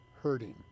hurting